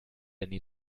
jenny